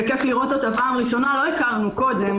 וכייף לראות אותה פעם ראשונה, לא היכרנו קודם